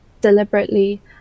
deliberately